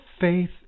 faith